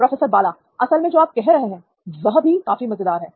professor Bala असल में जो आप कह रहे हैं वह भी काफी मजेदार है